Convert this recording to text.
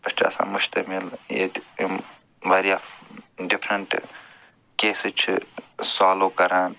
پٮ۪ٹھ چھِ آسان مشتمِل ییٚتہِ یِم وارِیاہ ڈفرنٛٹہٕ کیٚسِز چھِ سالوٗ کَران